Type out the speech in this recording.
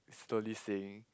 slowly sink